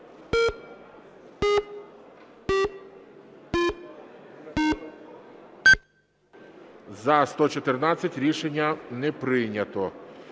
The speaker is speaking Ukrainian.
За-120 Рішення не прийнято.